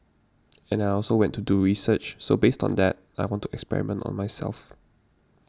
and I also went to do research so based on that I went to experiment on myself